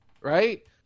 right